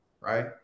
right